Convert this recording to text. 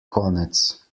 konec